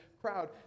crowd